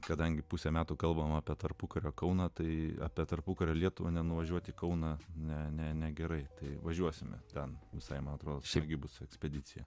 kadangi pusę metų kalbame apie tarpukario kauną tai apie tarpukario lietuva nenuvažiuoti kauną ne ne negerai tai važiuosime ten visai man atrodo irgi bus ekspedicija